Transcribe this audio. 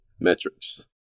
metrics